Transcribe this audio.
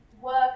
work